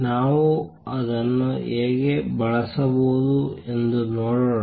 ನಾವು ಅದನ್ನು ಹೇಗೆ ಬಳಸಬಹುದು ಎಂದು ನೋಡೋಣ